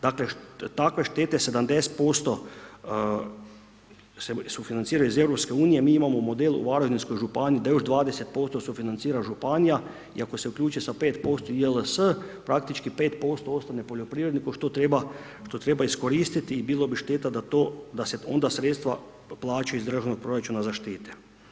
Dakle takve štete, 70% se sufinanciraju iz EU-a, mi imamo model u Varaždinskoj županiji da još 20% sufinancira županija i ako se uključi sa 5% JLS, praktički 5% ostane poljoprivrednim što treba iskoristiti i bilo bi šteta da se onda sredstva plaćaju iz državnog proračuna za štete.